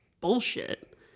bullshit